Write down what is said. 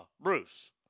Bruce